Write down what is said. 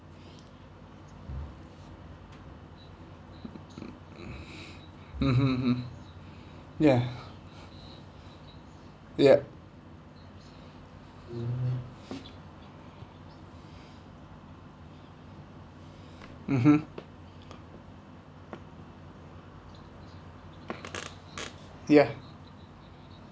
mmhmm mmhmm ya yup mmhmm ya